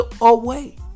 away